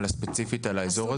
אלא ספציפית על האזור הזה?